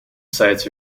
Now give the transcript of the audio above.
sites